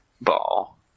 ball